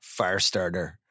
Firestarter